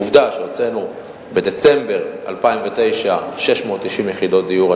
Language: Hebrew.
עובדה שהוצאנו בדצמבר 2009 690 יחידות דיור,